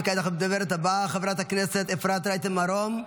וכעת הדוברת הבאה, חברת הכנסת אפרת רייטן מרום,